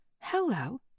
hello